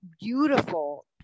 beautiful